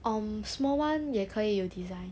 um small one 也可以有 design